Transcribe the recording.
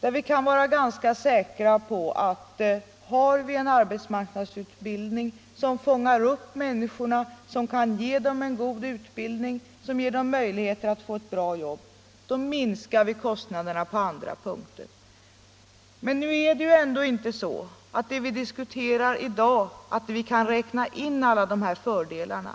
kan vi vara ganska säkra på att om vi har en arbetsmarknadsutbildning som fångar upp människorna och ger dem en god utbildning och möjligheter att få ett bra jobb minskar vi kostnaderna på andra punkter. Men nu är det ändå inte så att det vi diskuterar i dag betyder att vi kan räkna in alla de här fördelarna.